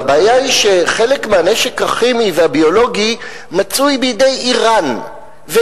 אבל הבעיה היא שחלק מהנשק הכימי והביולוגי מצוי בידי אירן,